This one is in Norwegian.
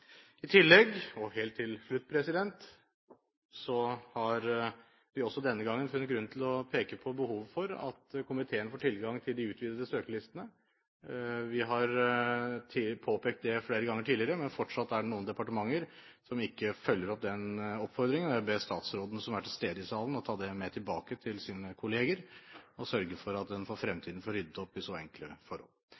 I tillegg – og helt til slutt – har vi også denne gangen funnet grunn til å peke på behovet for at komiteen får tilgang til de utvidede søkerlistene. Vi har påpekt det flere ganger tidligere, men fortsatt er det noen departementer som ikke følger opp den oppfordringen. Jeg ber statsråden som er til stede i salen, om å ta det med tilbake til sine kollegaer og sørge for at en for fremtiden får